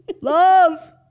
Love